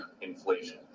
inflation